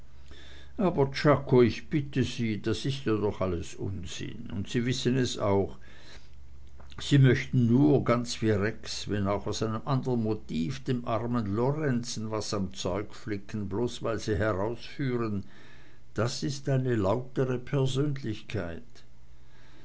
aber czako ich bitte sie das ist ja doch alles unsinn und sie wissen es auch sie möchten nur ganz wie rex wenn auch aus einem andern motiv dem armen lorenzen was am zeug flicken bloß weil sie herausfühlen das ist eine lautere persönlichkeit